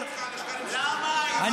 בכמה תבעו אותך על